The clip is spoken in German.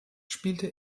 spielte